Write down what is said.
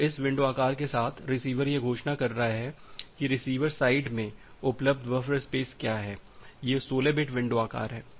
तो इस विंडो आकार के साथ रिसीवर यह घोषणा कर रहा है कि रिसीवर साइड में उपलब्ध बफर स्पेस क्या है यह 16 बिट विंडो आकार है